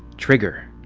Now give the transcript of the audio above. trigger!